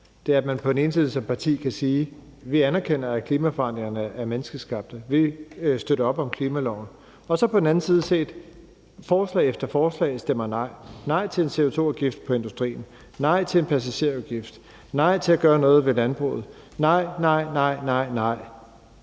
er, at man på den ene side som parti kan sige, at man anerkender, at klimaforandringerne er menneskeskabte, og støtter op om klimaloven og så på den anden side, forslag efter forslag, stemmer nej: nej til en CO2-afgift på industrien, nej til en passagerafgift, nej til at gøre noget ved landbruget, nej, nej, nej, nej,